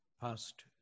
past